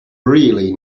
really